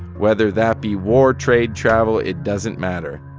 whether that be war, trade, travel, it doesn't matter.